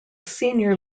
senior